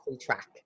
track